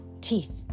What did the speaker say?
teeth